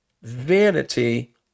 vanity